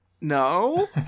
no